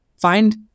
Find